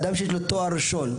גם אדם שנכנס לתוך מערכת אקדמית,